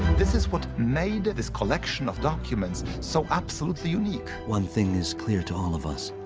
this is what made this collection of documents so absolutely unique. one thing is clear to all of us,